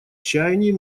чаяний